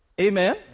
Amen